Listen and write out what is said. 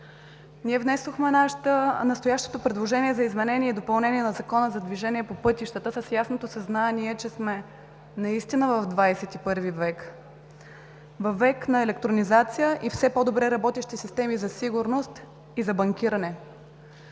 Ние внесохме настоящето предложение за изменение и допълнение на Закона за движение по пътищата с ясното съзнание, че сме наистина в XXI век, във век на електронизация и все по-добре работещи системи за сигурност и за банкиране.